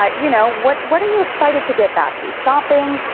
um you know what what are you excited to get back to? shopping,